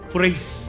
Praise